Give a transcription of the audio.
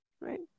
right